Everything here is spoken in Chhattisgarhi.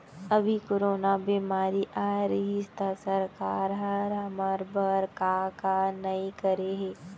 अभी कोरोना बेमारी अए रहिस त सरकार हर हमर बर का का नइ करे हे